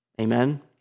Amen